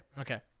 Okay